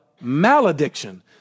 malediction